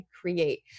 create